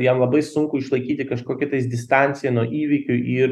jam labai sunku išlaikyti kažkokį tais distanciją nuo įvykių ir